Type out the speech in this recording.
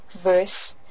verse